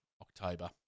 October